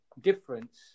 difference